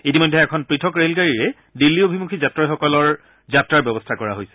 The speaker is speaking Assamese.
ইতিমধ্যে এখন পৃথক ৰে'লগাড়ীৰে দিল্লী অভিমুখী যাত্ৰীসকলৰ যাত্ৰাৰ ব্যৱস্থা কৰা হৈছে